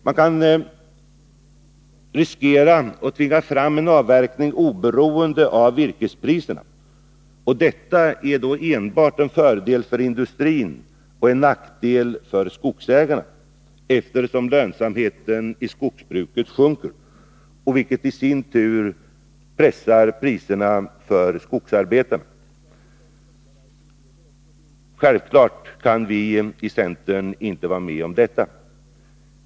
Man riskerar att tvinga fram en avverkning oberoende av virkespriserna. Och detta är då en fördel enbart för industrin och en nackdel för skogsägarna, eftersom lönsamheten i skogsbruket sjunker, vilket i sin tur pressar priserna för skogsarbeten. Självfallet kan vi i centern inte vara med om detta.